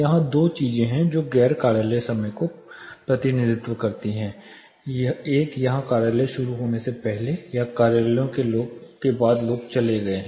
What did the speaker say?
यहां दो चीजें हैं जो गैर कार्यालय समय का प्रतिनिधित्व करती हैं एक यहां कार्यालय शुरू होने से पहले या कार्यालयों के बाद लोग चले गए हैं